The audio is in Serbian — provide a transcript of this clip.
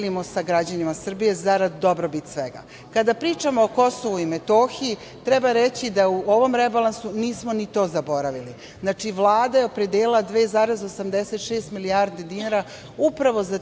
mi uvek delimo sa građanima Srbije zarad dobrobit svega. Kada pričamo o Kosovu i Metohiji, treba reći da u ovom rebalansu nismo ni to zaboravili. Vlad je opredelila 2,86 milijardi dinara upravo za